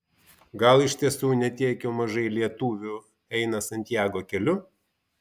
gal iš tiesų ne tiek jau mažai lietuvių eina santiago keliu